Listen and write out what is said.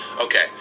Okay